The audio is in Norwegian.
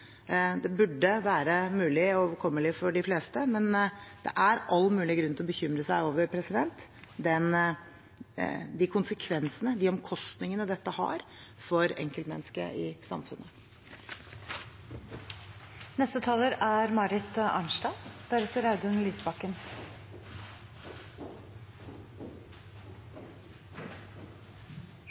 Det burde være mulig og overkommelig for de fleste, men det er all mulig grunn til å bekymre seg over de konsekvensene og de omkostningene dette har for enkeltmennesket i samfunnet. Jeg vil takke for redegjørelsen. Det er